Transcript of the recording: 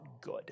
good